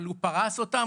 אבל הוא פרס אותם,